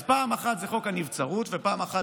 אז פעם אחת זה חוק הנבצרות ופעם אחת